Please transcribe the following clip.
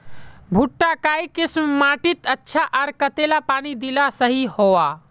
भुट्टा काई किसम माटित अच्छा, आर कतेला पानी दिले सही होवा?